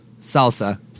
Salsa